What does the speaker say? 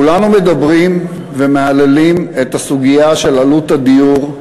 כולנו מדברים ומהללים את הסוגיה של עלות הדיור.